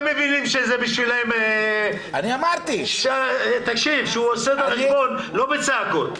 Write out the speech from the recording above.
מבינים שזה בשבילם --- כשהוא עושה את החשבון לא בצעקות,